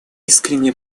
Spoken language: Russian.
искренне